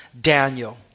Daniel